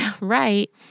Right